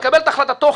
יקבל את החלטתו.